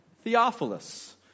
Theophilus